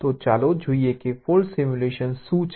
તો ચાલો જોઈએ કે ફોલ્ટ સિમ્યુલેશન શું છે